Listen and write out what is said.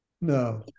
No